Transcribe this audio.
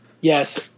Yes